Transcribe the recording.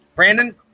Brandon